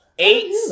Eight